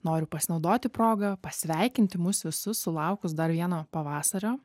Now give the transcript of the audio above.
noriu pasinaudoti proga pasveikinti mus visus sulaukus dar vieno pavasario